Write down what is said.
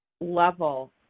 level